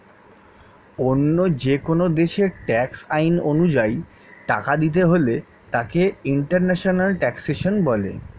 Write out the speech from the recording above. অন্য যেকোন দেশের ট্যাক্স আইন অনুযায়ী টাকা দিতে হলে তাকে ইন্টারন্যাশনাল ট্যাক্সেশন বলে